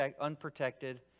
unprotected